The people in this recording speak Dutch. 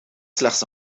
slechts